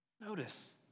Notice